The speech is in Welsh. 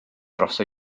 dros